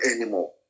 anymore